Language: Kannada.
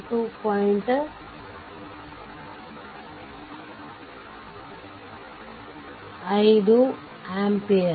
5 ಆಂಪಿಯರ್